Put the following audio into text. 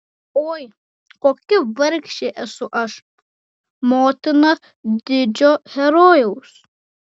oi kokia vargšė esu aš motina didžio herojaus